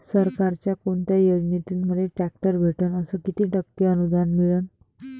सरकारच्या कोनत्या योजनेतून मले ट्रॅक्टर भेटन अस किती टक्के अनुदान मिळन?